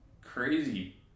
crazy